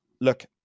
look